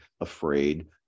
afraid